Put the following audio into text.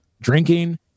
drinking